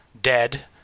dead